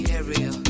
area